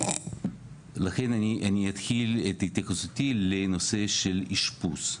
לכן אני אתחיל את התייחסותי לנושא של אשפוז.